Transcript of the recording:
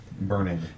burning